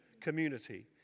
community